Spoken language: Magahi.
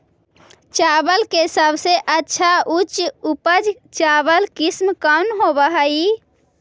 चावल के सबसे अच्छा उच्च उपज चावल किस्म कौन होव हई?